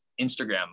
Instagram